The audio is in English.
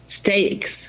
stakes